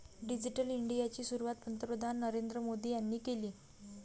digital इंडियाची सुरुवात पंतप्रधान नरेंद्र मोदी यांनी केली